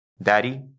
Daddy